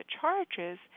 charges